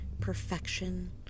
Perfection